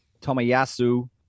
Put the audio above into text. Tomayasu